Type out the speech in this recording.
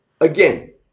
again